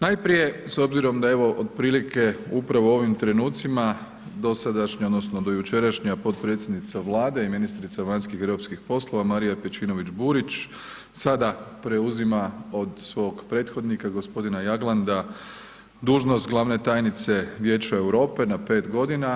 Najprije, s obzirom da je evo otprilike upravo u ovim trenucima dosadašnja, odnosno do jučerašnja potpredsjednica Vlade i ministrica vanjskih i europskih poslova Marija Pejčinović Burić sada preuzima od svog prethodnika gospodina Jaglanda dužnost glavne tajnice Vijeća Europe na 5 godina.